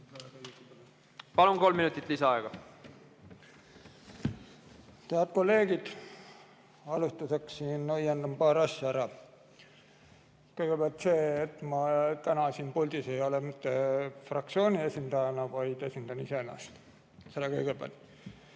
Palun, kolm minutit lisaaega. Head kolleegid! Alustuseks õiendan paar asja ära. Kõigepealt, ma ei ole täna siin puldis mitte fraktsiooni esindajana, vaid esindan iseennast. Seda kõigepealt.